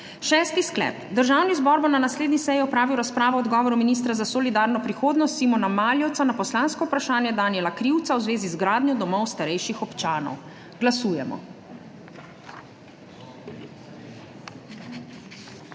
Šesti sklep: Državni zbor bo na naslednji seji opravil razpravo o odgovoru ministra za solidarno prihodnost Simona Maljevca na poslansko vprašanje Danijela Krivca v zvezi z gradnjo domov starejših občanov. Glasujemo.